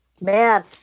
Man